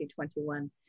2021